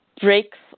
breaks